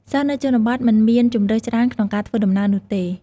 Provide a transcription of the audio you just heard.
សិស្សនៅជនបទមិនមានជម្រើសច្រើនក្នុងការធ្វើដំណើរនោះទេ។